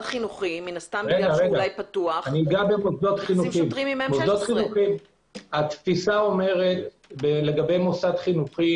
חינוכי עם M16. התפיסה אומרת לגבי מוסד חינוכי